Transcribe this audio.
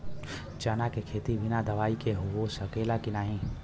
चना के खेती बिना दवाई के हो सकेला की नाही?